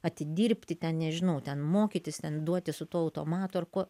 atidirbti ten nežinau ten mokytis ten duotis su tuo automatu ar kuo